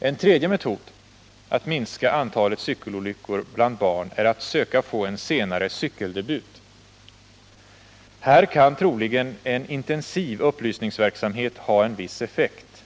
En tredje metod att minska antalet cykelolyckor bland barn är att söka få en senare cykeldebut. Här kan troligen en intensiv upplysningsverksamhet ha en viss effekt.